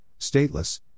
Stateless